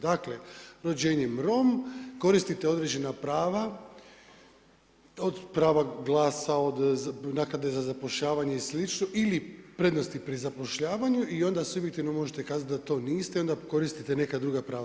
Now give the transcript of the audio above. Dakle, rođenjem Rom, koristite određena prava, od prava glasa, naknade za zapošljavanje i sl. ili prednosti pri zapošljavanju i onda subjektivno možete kazati da to niste i onda koristite neka druga prava.